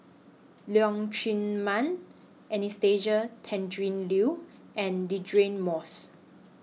Leong Chee Mun Anastasia Tjendri Liew and Deirdre Moss